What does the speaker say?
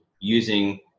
using